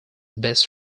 best